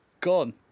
gone